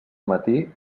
matí